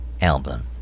album